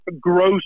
gross